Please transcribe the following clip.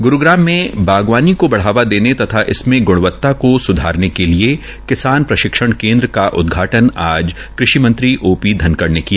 ग्रूग्राम में बागवानी को बढ़ावा देने के लिए तथा इसमें गृणवता को सुधार के लिये किसान प्रशिक्षण केन्द्र का उदघाटन कृषि मंत्री ओम प्रकाश धनखड़ ने किया